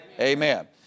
Amen